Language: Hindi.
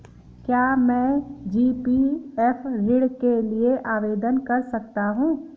क्या मैं जी.पी.एफ ऋण के लिए आवेदन कर सकता हूँ?